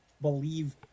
believe